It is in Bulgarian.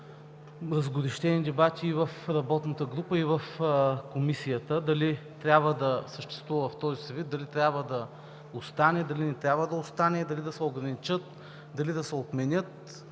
разгорещени дебати и в работната група, и в Комисията – дали трябва да съществува в този си вид, дали трябва да остане, дали не трябва да остане, дали да се ограничат, дали да се отменят.